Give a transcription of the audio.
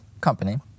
company